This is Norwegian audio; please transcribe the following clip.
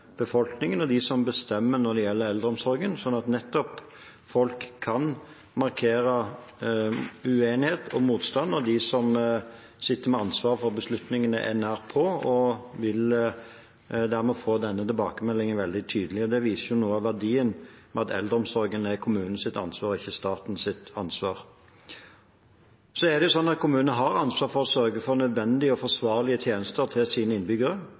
befolkningen og de som bestemmer når det gjelder eldreomsorgen, sånn at folk kan markere uenighet og motstand, og de som sitter med ansvaret for beslutningene, er nær på og vil dermed få denne tilbakemeldingen veldig tydelig. Det viser jo noe av verdien av at eldreomsorgen er kommunens ansvar og ikke statens ansvar. Kommunene har ansvar for å sørge for nødvendige og forsvarlige tjenester til sine innbyggere.